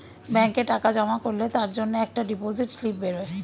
ব্যাংকে টাকা জমা করলে তার জন্যে একটা ডিপোজিট স্লিপ বেরোয়